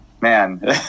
man